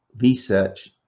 research